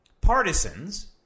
partisans